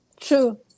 True